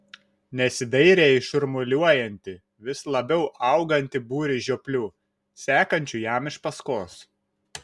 nesidairė į šurmuliuojantį vis labiau augantį būrį žioplių sekančių jam iš paskos